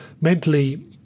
mentally